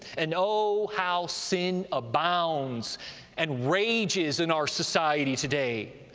and oh, how sin abounds and rages in our society today,